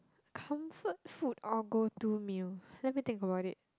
comfort food or go to meal let me think about it